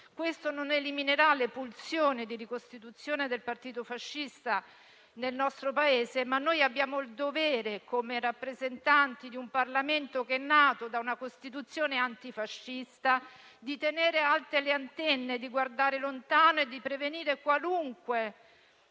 questo non eliminerà le pulsioni di ricostituzione del partito fascista nel nostro Paese, ma noi abbiamo il dovere, come rappresentanti di un Parlamento che è nato da una Costituzione antifascista, di tenere alte le antenne, di guardare lontano e di prevenire qualunque